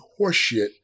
horseshit